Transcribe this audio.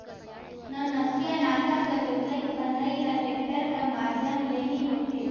नवनसिया नांगर कर जोतई फदई हर टेक्टर कर माध्यम ले ही होथे